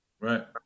right